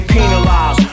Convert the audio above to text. Penalized